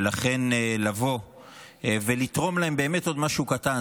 ולכן לבוא ולתרום להם באמת עוד משהו קטן.